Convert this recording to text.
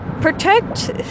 Protect